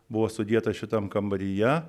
buvo sudėta šitam kambaryje